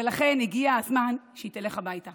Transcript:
ולכן הגיע הזמן שהיא תלך הביתה.